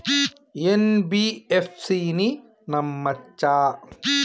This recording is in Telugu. ఎన్.బి.ఎఫ్.సి ని నమ్మచ్చా?